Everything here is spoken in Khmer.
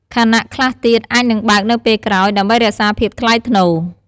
ខណៈខ្លះទៀតអាចនឹងបើកនៅពេលក្រោយ ដើម្បីរក្សាភាពថ្លៃថ្នូរ។